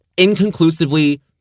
inconclusively